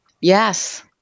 Yes